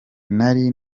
nari